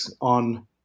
on